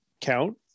count